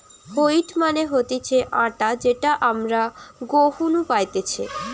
wheat মানে হতিছে আটা যেটা আমরা গেহু নু পাইতেছে